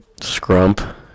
Scrump